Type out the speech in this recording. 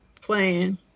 playing